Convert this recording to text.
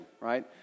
right